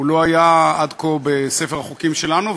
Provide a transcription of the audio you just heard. הוא לא היה עד כה בספר החוקים שלנו,